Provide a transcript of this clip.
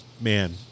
man